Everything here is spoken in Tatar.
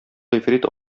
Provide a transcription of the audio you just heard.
гыйфрит